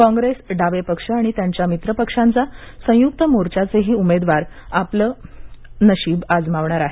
कॉग्रेस डावे पक्ष आणि त्यांच्या मित्र पक्षांचा संयुक्त मोर्चाचेही उमेदवार आपलं नशीब अजमावणार आहेत